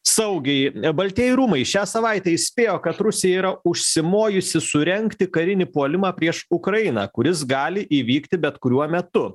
saugiai baltieji rūmai šią savaitę įspėjo kad rusija yra užsimojusi surengti karinį puolimą prieš ukrainą kuris gali įvykti bet kuriuo metu